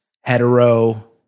hetero